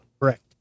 Correct